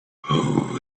who